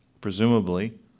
presumably